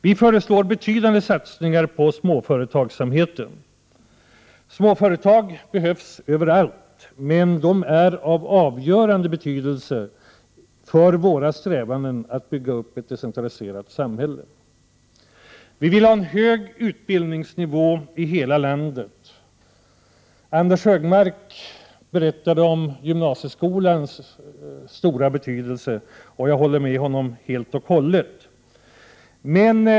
Vi föreslår betydande satsningar på småföretagsamheten. Småföretag behövs överallt, men de är av avgörande betydelse för våra strävanden att bygga upp ett decentraliserat samhälle. Vi vill ha en hög utbildningsnivå i hela landet. Anders G Högmark berättade om gymnasieskolans stora betydelse, och jag håller med honom helt och hållet.